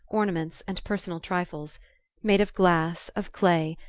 ornaments and personal trifles made of glass, of clay,